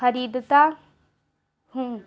خریدتا ہوں